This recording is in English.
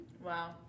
Wow